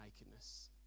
nakedness